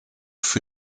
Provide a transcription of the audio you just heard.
für